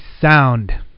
Sound